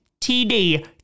td